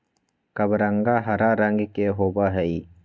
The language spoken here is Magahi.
कबरंगा हरा रंग के होबा हई